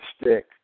stick